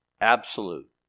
absolute